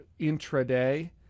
intraday